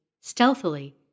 stealthily